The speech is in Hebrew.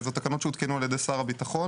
אלו תקנות שהותקנו על ידי שר הביטחון,